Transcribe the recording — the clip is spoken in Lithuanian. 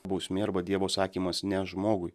bausmė arba dievo sakymas ne žmogui